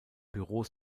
büros